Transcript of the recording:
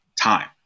time